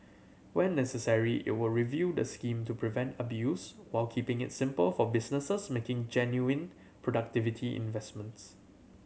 where necessary it will review the scheme to prevent abuse while keeping it simple for businesses making genuine productivity investments